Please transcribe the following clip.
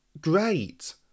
great